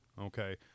okay